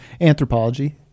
Anthropology